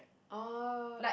oh